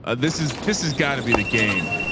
and this is, this has gotta be the game.